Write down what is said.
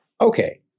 Okay